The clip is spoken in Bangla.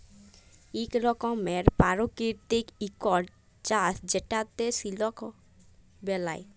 ইক রকমের পারকিতিক ইকট চাষ যেটতে সিলক বেলায়